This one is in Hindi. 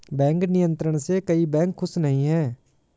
बैंक नियंत्रण से कई बैंक खुश नही हैं